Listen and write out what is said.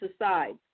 aside